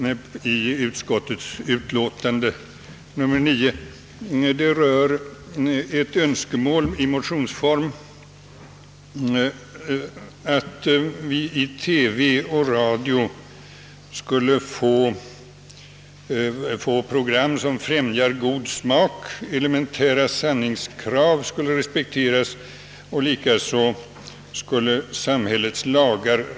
Vad utskottet där skriver handlar om ett önskemål framfört i motionsform att vi i TV och radio skall få program »som främjar god smak, elementära sanningskrav och respekt för samhällets lagar».